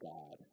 God